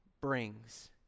brings